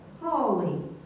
holy